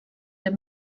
der